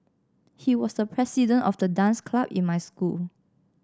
he was the president of the dance club in my school